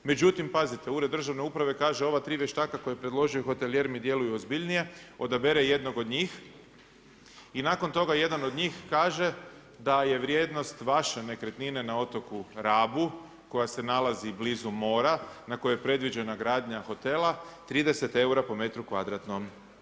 Međutim pazite, Ured državne uprave kaže ova tri vještaka koju je predložio hotelijer mi djeluju ozbiljnije, odabere jednog od njih i nakon toga jedan od njih kaže da je vrijednost vaše nekretnine na Otoku Rabu koja se nalazi blizu mora na kojem je predviđena gradnja hotela 30 eura po metru kvadratnom.